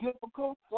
difficult